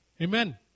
Amen